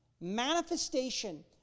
manifestation